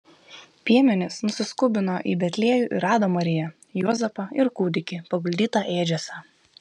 piemenys nusiskubino į betliejų ir rado mariją juozapą ir kūdikį paguldytą ėdžiose